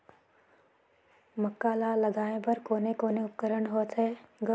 मक्का ला लगाय बर कोने कोने उपकरण होथे ग?